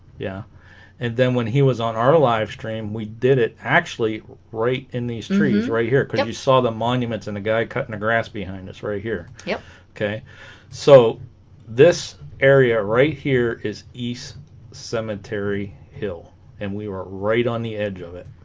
yeah and then when he was on our livestream we did it actually right in these trees right here because you saw the monuments and a guy cutting a grass behind us right here yep okay so this area right here is east cemetery hill and we weren't right on the edge of it